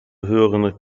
höheren